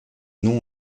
non